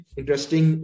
interesting